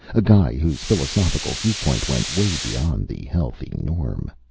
a guy whose philosophical viewpoint went way beyond the healthy norm.